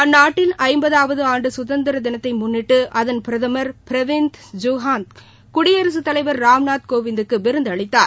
அந்நாட்டில் ஐம்பதாவது ஆண்டு சுதந்திர தினத்தை முன்னிட்டு அதன் பிரதமர் பிரவீன்ந்த் ஜுக்நாத் குடியரசுத்தலைவர் ராம்நாத் கோவிந்த்துக்கு விருந்தளித்தார்